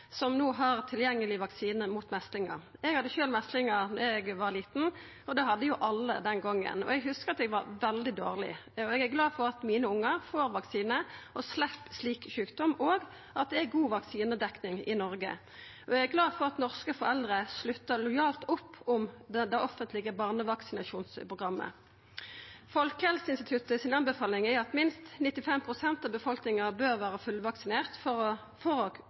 som no har tilgjengeleg vaksine mot meslingar. Eg hadde sjølv meslingar da eg var lita – det hadde jo alle den gongen – og eg hugsar at eg var veldig dårleg. Eg er glad for at mine ungar får vaksine og slepp slik sjukdom, og at det er god vaksinedekning i Noreg, og eg er glad for at norske foreldre sluttar lojalt opp om det offentlege barnevaksinasjonsprogrammet. Folkehelseinstituttet si anbefaling er at minst 95 pst. av befolkninga bør vera fullvaksinert for at vi skal kunna førebyggja epidemiar, og